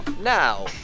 Now